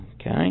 Okay